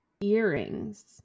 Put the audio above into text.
earrings